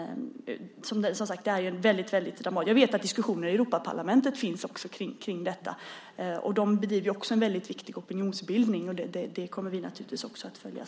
Jag vet att det också finns diskussioner i Europaparlamentet kring detta. De bedriver också en väldigt viktig opinionsbildning. Det kommer vi naturligtvis också att följa.